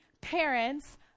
parents